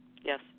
Yes